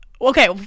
Okay